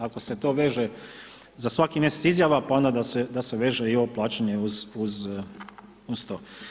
Ako se to veže za svaki mjesec izjava, pa onda da se veže i ovo plaćanje uz to.